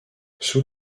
sous